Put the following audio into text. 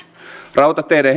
rautateiden